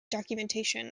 documentation